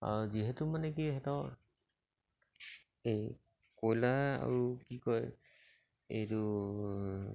আৰু যিহেতু মানে কি সিহঁতৰ এই কয়লাৰ আৰু কি কয় এইটো